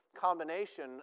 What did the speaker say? combination